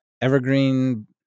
evergreen